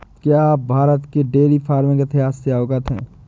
क्या आप भारत के डेयरी फार्मिंग इतिहास से अवगत हैं?